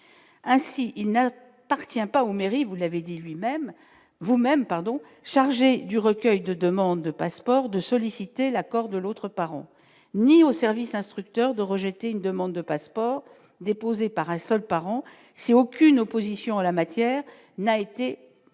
ainsi il n'a appartient pas aux mairies, vous l'avez dit lui-même, vous-même, pardon, chargé du recueil de demande de passeport de solliciter l'accord de l'autre parent, ni aux services instructeurs de rejeter une demande de passeport, déposée par un seul parent si aucune opposition en la matière n'a été